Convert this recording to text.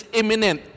imminent